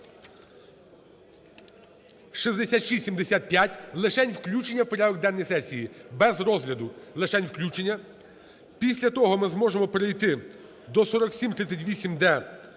6675, лишень включення в прядок денний сесії, без розгляду, лишень включення. Після того ми зможемо перейти до 4738-д